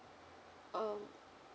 um